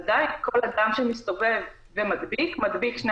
עדיין כל אדם שמסתובב ומדביק מדביק שני